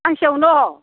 फांसेयावनो